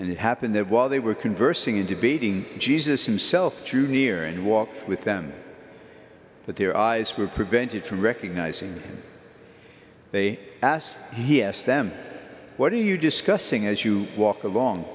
and it happened that while they were conversing in debating jesus himself to near and walk with them but their eyes were prevented from recognizing that they asked he asked them what are you discussing as you walk along